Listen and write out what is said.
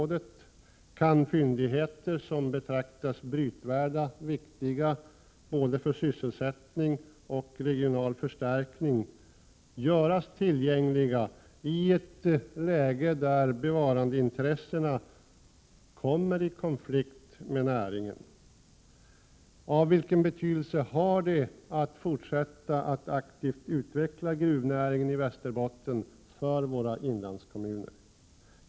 1987/88:127 fyndigheter som betraktas som brytvärda och viktiga för både sysselsättning och regional förstärkning göras tillgängliga i ett läge där bevarandeintressena kommer i konflikt med näringen? Och vilken betydelse har det för våra inlandskommuner att fortsätta att aktivt utveckla gruvnäringen i Västerbotten?